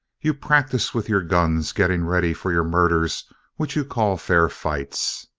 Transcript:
you practice with your guns getting ready for your murders which you call fair fights.